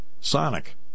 Sonic